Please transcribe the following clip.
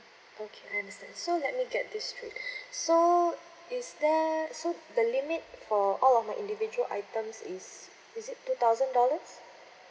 okay I understand so let me get this straight so is there so the limit for all of my individual items is is it two thousand dollars